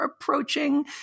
approaching